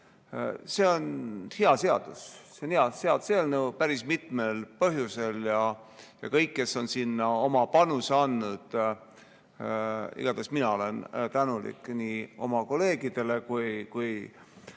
See on hea seadus, see on hea seaduseelnõu päris mitmel põhjusel. Kõigile, kes on sinna oma panuse andnud, olen mina igatahes tänulik, nii oma kolleegidele kui ka